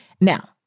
Now